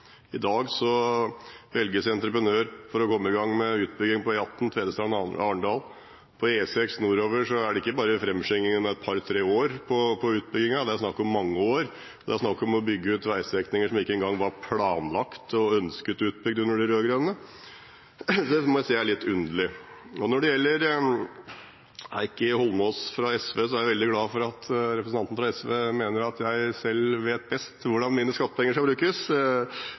I dag velges entreprenør for å komme i gang med utbygging av E18 Tvedestrand–Arendal. På E6 nordover er det ikke bare framskyndinger med et par–tre år for utbyggingen, det er snakk om mange år. Det er snakk om å bygge ut veistrekninger som ikke engang var planlagt og ønsket utbygd under de rød-grønne. Det må jeg si er litt underlig. Når det gjelder Heikki Eidsvoll Holmås fra SV, er jeg veldig glad for at representanten fra SV mener at jeg selv vet best hvordan mine skattepenger skal brukes.